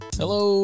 hello